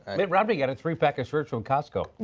mitt romney got a three pack of shirts from costco.